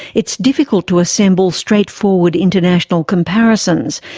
it's difficult to assemble straightforward international comparisons,